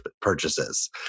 purchases